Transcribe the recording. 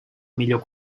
millor